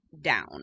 down